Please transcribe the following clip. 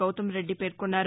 గౌతమ్ రెడ్డి పేర్కొన్నారు